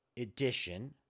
edition